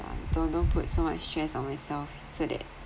and don't don't put so much stress on myself so that